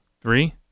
Three